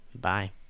Bye